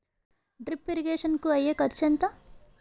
Drip irrigation కూ అయ్యే ఖర్చు ఎంత?